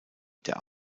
der